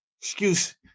Excuse